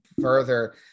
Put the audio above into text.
further